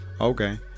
Okay